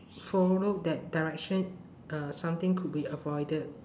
followed that direction uh something could be avoided